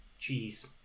cheese